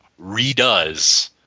redoes